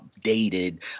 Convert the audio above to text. updated